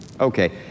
Okay